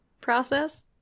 process